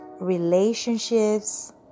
relationships